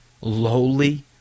lowly